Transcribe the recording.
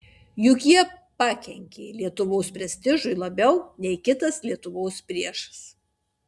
juk jie pakenkė lietuvos prestižui labiau nei kitas lietuvos priešas